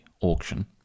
auction